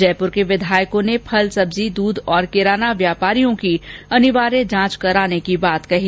जयपुर के विधायकों ने फल सब्जी द्ध और किराना व्यापारियों की अनिवार्य जांच कराने की बात कही